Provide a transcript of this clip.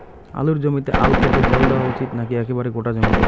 আলুর জমিতে আল কেটে জল দেওয়া উচিৎ নাকি একেবারে গোটা জমিতে?